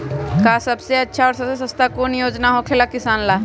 आ सबसे अच्छा और सबसे सस्ता कौन योजना होखेला किसान ला?